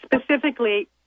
specifically